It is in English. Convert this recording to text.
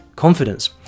Confidence